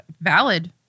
Valid